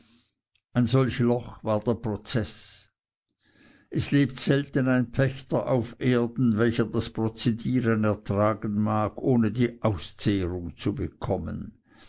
bin solch loch war der prozeß es lebt selten ein pächter auf erden welcher das prozedieren ertragen mag ohne die auszehrung zu bekommen